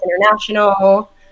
International